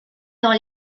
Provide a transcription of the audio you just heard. dans